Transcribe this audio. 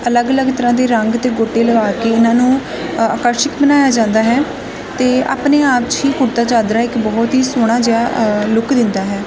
ਅਲੱਗ ਅਲੱਗ ਤਰ੍ਹਾਂ ਦੇ ਰੰਗ ਦੇ ਗੋੋਟੇ ਲਗਾ ਕੇ ਇਹਨਾਂ ਨੂੰ ਆਕਰਸ਼ਿਕ ਬਣਾਇਆ ਜਾਂਦਾ ਹੈ ਅਤੇ ਆਪਣੇ ਆਪ 'ਚ ਹੀ ਕੁੜਤਾ ਚਾਦਰਾ ਇੱਕ ਬਹੁਤ ਹੀ ਸੋਹਣਾ ਜਿਹਾ ਲੁਕ ਦਿੰਦਾ ਹੈ